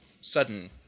sudden